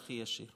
וקשר הכי ישיר.